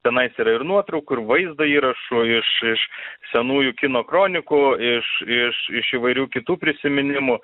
tenais yra ir nuotraukų ir vaizdo įrašų iš iš senųjų kino kronikų iš iš iš įvairių kitų prisiminimų